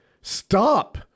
Stop